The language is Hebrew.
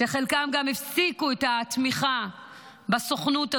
וחלקן גם הפסיקו את התמיכה בסוכנות הזאת,